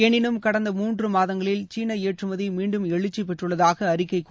எனினும் கடந்த மூன்று மாதங்களில் சீனா ஏற்றுமதி மீண்டும் எழுச்சி பெற்றுள்ளதாக அறிக்கை கூறுகிறது